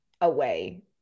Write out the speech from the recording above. away